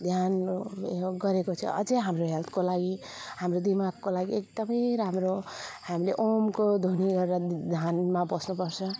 ध्यान यो योग गरेको चाहिँ अझै हाम्रो हेल्थको लागि हाम्रो दिमागको लागि एकदमै राम्रो हामीले ओमको ध्वनी गरेर ध्यानमा बस्नुपर्छ